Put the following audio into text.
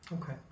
okay